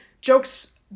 Jokes